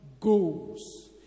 goals